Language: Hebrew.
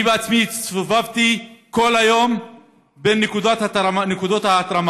אני בעצמי הסתובבתי כל היום בין נקודות ההתרמה